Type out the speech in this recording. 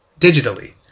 digitally